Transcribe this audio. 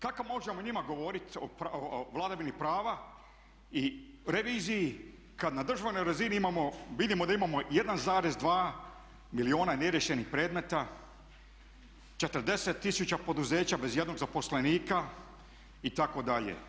Kako možemo njima govoriti o vladavini prava i reviziji kad na državnoj razini imamo, vidimo da imamo 1,2 milijuna neriješenih predmeta, 40 tisuća poduzeća bez jednog zaposlenika itd.